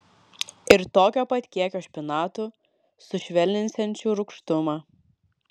ir tokio pat kiekio špinatų sušvelninsiančių rūgštumą